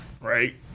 right